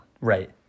Right